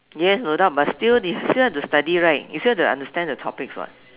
yes no doubt but still you still have to study right you still have to understand the topics [what]